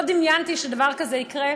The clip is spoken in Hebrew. לא דמיינתי שדבר כזה יקרה.